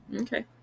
Okay